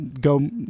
go